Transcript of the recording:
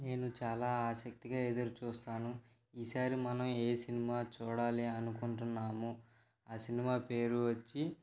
నేను చాలా ఆసక్తిగా ఎదురుచూస్తాను ఈసారి మనం ఏ సినిమా చూడాలి అనుకుంటున్నాము ఆ సినిమా పేరు వచ్చి